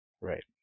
right